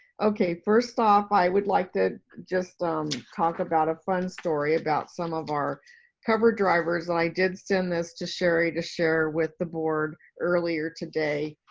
okay first off, i would like to just talk about a fun story about some of our cover drivers that i did send this to sherri to share with the board earlier today.